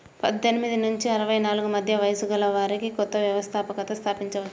పద్దెనిమిది నుంచి అరవై నాలుగు మధ్య వయస్సు గలవారు కొత్త వ్యవస్థాపకతను స్థాపించవచ్చు